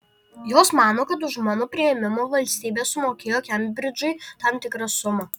jos mano kad už mano priėmimą valstybė sumokėjo kembridžui tam tikrą sumą